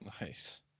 Nice